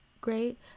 great